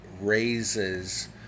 raises